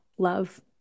love